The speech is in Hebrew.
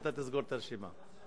אתה תסגור את הרשימה.